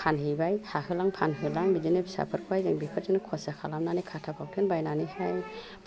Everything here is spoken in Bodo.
फानहैबाय हाहोलां फानहोलां बिदिनो फिसाफोरखौ बेफोरजों खरस्रा खालामनानै खाथा फावथेन बायनानैहाय